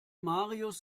marius